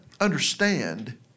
understand